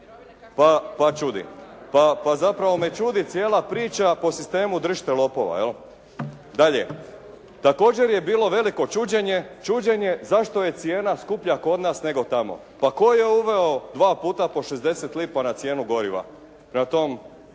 jeftinije, pa zapravo me čudi cijela priča po sistemu, držite lopova jel. Dalje, također je bilo veliko čuđenje, zašto je cijena skuplja kod nas nego tamo? Pa tko je uveo dva puta po 60 lipa na cijenu goriva? Prema tom